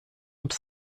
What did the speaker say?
und